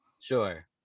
Sure